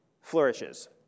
flourishes